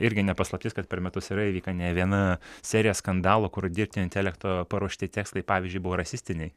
irgi ne paslaptis kad per metus yra įvykę ne viena serija skandalų kur dirbtinio intelekto paruošti tekstai pavyzdžiui buvo rasistiniai